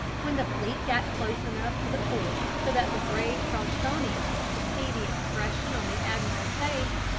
when the fleet got close enough to the fort so that the brave charlestonians could see the expression on the admiral's face,